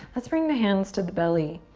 let's bring the hands to the belly.